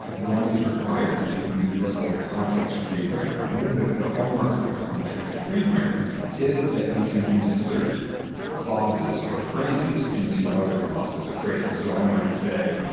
one is required to use what's called a context-free grammar. and one of the the hallmarks of a context-free grammar is that you can insert clauses or phrases into other clauses or phrases. so i might say,